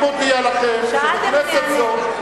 אני מודיע לכם שבכנסת זאת,